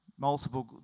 multiple